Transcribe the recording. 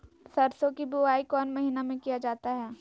सरसो की बोआई कौन महीने में किया जाता है?